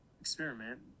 experiment